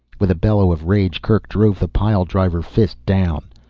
with a bellow of rage kerk drove the pile-driver fist down.